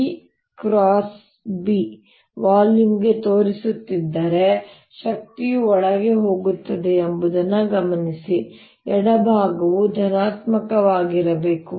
EB ವಾಲ್ಯೂಮ್ಗೆ ತೋರಿಸುತ್ತಿದ್ದರೆ ಶಕ್ತಿಯು ಒಳಗೆ ಹೋಗುತ್ತದೆ ಎಂಬುದನ್ನು ಗಮನಿಸಿ ಎಡಭಾಗವು ಧನಾತ್ಮಕವಾಗಿರಬೇಕು